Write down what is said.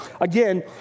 again